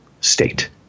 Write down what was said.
state